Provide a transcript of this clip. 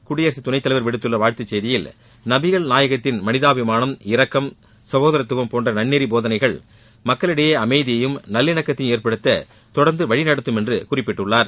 குடியரசு துணைத்தலைவர் விடுத்துள்ள வாழ்த்துச் செய்தியில் நபிகள் நாயகத்தின் மனிதாபிமானம் இரக்கம் சகோதரத்துவம் போன்ற நன்னெறி போதனைகள் மக்களிடையே அமைதியையும் நல்லிணக்கத்தையும் ஏற்படுத்த தொடர்ந்து வழிநடத்தும் என்று குறிப்பிட்டுள்ளார்